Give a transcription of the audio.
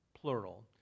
plural